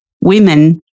women